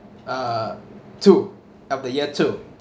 uh two of the year two